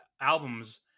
albums